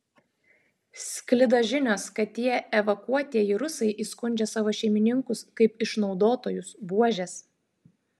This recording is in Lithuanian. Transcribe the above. sklido žinios kad tie evakuotieji rusai įskundžia savo šeimininkus kaip išnaudotojus buožes